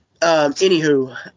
Anywho